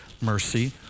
mercy